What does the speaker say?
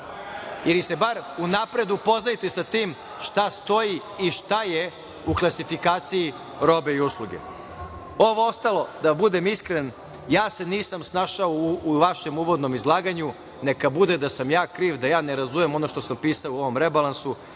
ili se bar unapred upoznajte sa tim šta stoji i šta je u klasifikaciji robe i usluge. Ovo ostalo, da budem iskren, ja se nisam snašao u vašem uvodnom izlaganju, neka bude da sam ja kriv, da ja ne razumem ono što sam pisao u ovom rebalansu,